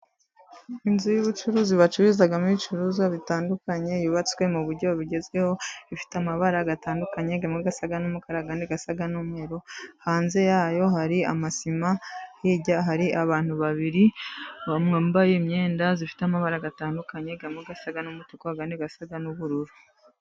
Inzu y'ubucuruzi bacururizamo ibicuruzwa bitandukanye, yubatswe mu buryo bugezweho ifite amabara atandukanye, amwe asa n'umukara ayandi asa n'umweru, hanze yayo hari amasima hirya hari abantu babiri, bambaye imyenda ifite amabara atandukanye amwe asa n'umutuku ayandi asa n'ubururu.